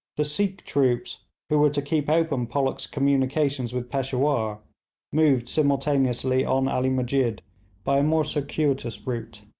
the sikh troops who were to keep open pollock's communications with peshawur moved simultaneously on ali musjid by a more circuitous route.